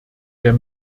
der